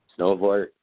snowboard